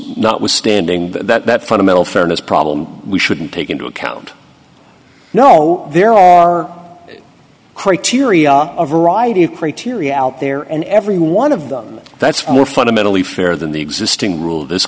notwithstanding that fundamental fairness problem we shouldn't take into account no there are criteria overriding a criteria out there and every one of them that's more fundamentally fair than the existing rule this